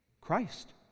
Christ